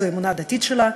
זו האמונה הדתית שלה,